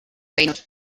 teinud